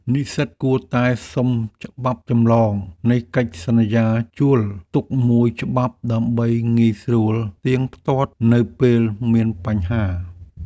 និស្សិតគួរតែសុំច្បាប់ចម្លងនៃកិច្ចសន្យាជួលទុកមួយច្បាប់ដើម្បីងាយស្រួលផ្ទៀងផ្ទាត់នៅពេលមានបញ្ហា។